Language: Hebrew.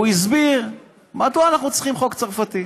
הוא הסביר מדוע אנחנו צריכים חוק צרפתי.